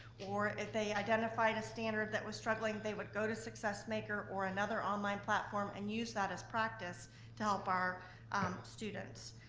or if they identified a standard that was struggling, they would go to success maker or another online platform and use that as practice to help our students.